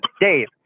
Dave